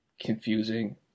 confusing